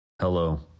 Hello